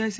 IC